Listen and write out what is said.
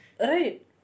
Right